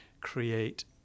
create